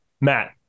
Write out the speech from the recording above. Matt